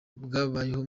bwabayeho